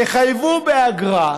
תחייבו באגרה,